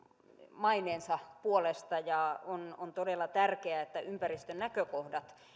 maineensa puolesta ja on on todella tärkeää että ympäristönäkökohdat huomioidaan